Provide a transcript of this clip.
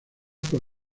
con